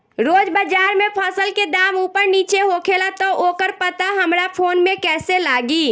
रोज़ बाज़ार मे फसल के दाम ऊपर नीचे होखेला त ओकर पता हमरा फोन मे कैसे लागी?